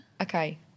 Okay